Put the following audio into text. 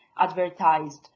advertised